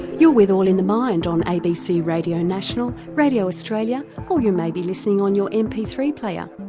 you're with all in the mind on abc radio national, radio australia or you may be listening on your m p three player.